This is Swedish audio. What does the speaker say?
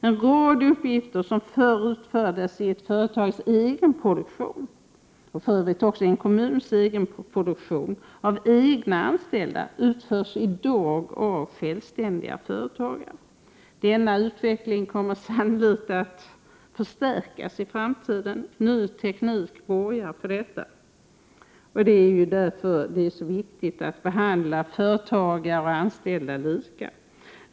En rad uppgifter som förr utfördes i ett företags egenproduktion, och för övrigt också i en kommuns egenproduktion, med anställda utförs i dag av självständiga företagare. Denna utveckling kommer sannolikt att förstärkas i framtiden. Ny teknik borgar för detta. Det är ju därför det är så viktigt att behandla företagare och anställda lika.